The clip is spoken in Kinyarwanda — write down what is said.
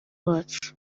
bacu